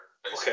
Okay